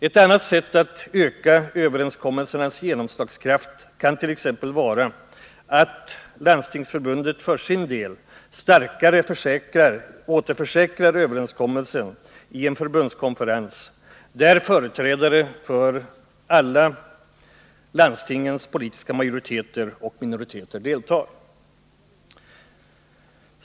Ett annat sätt att öka överenskommelsernas genomslagskraft kan vara att Landstingsförbundet för sin del starkare återförsäkrar överenskommelsen i en förbundskonferens, där företrädare för landstingens alla majoriteter och minoriteter deltar.